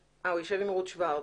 המקצוע, רותי שוורץ,